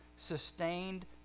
Sustained